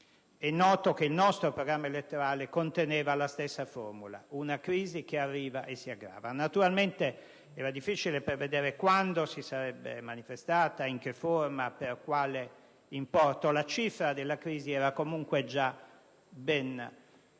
È noto che il nostro programma elettorale conteneva la stessa formula: una crisi che arriva e si aggrava. Naturalmente era difficile prevedere quando si sarebbe manifestata, in che forma, per quale importo. La cifra della crisi era comunque già ben definita